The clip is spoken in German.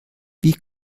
wie